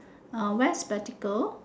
uh wear spectacle